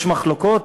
יש מחלוקות?